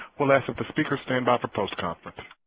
we'll ask that the speaker stand by for post conference.